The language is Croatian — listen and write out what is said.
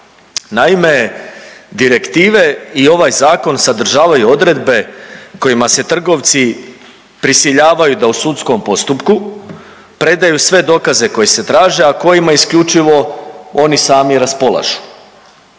Naime, direktive i ovaj Zakon sadržavaju odredbe kojima se trgovci prisiljavaju da u sudskom postupku predaju sve dokaze koje se traže, a kojima isključivo oni sami raspolažu.